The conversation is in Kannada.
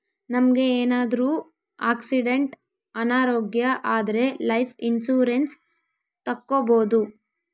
ನಮ್ಗೆ ಏನಾದ್ರೂ ಆಕ್ಸಿಡೆಂಟ್ ಅನಾರೋಗ್ಯ ಆದ್ರೆ ಲೈಫ್ ಇನ್ಸೂರೆನ್ಸ್ ತಕ್ಕೊಬೋದು